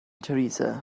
teresa